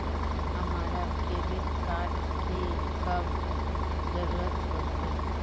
हमरा credit card की कब जरूरत होते?